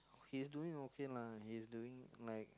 he's doing okay lah he's doing like